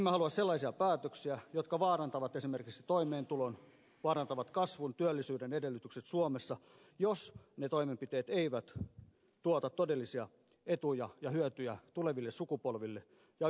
emme halua sellaisia päätöksiä jotka vaarantavat esimerkiksi toimeentulon vaarantavat kasvun ja työllisyyden edellytykset suomessa jos ne toimenpiteet eivät tuota todellisia etuja ja hyötyjä tuleville sukupolville ja ympäristöllemme